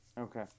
Okay